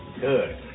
good